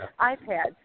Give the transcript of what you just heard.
iPads